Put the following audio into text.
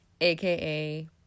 aka